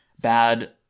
bad